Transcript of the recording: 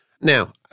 Now